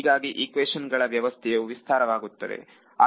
ಹೀಗಾಗಿ ಈಕ್ವೇಶನ್ ಗಳ ವ್ಯವಸ್ಥೆಯು ವಿಸ್ತಾರವಾಗುತ್ತದೆ